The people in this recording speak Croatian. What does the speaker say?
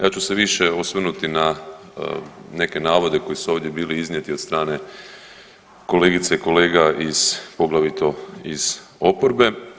Ja ću se više osvrnuti na neke navode koji su ovdje bili iznijeti od strane kolegica i kolega iz poglavito iz oporbe.